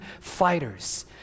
fighters